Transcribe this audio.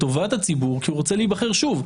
על טובת הציבור כי הוא רוצה להיבחר שוב.